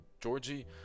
Georgie